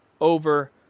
over